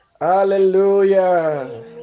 Hallelujah